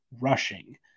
rushing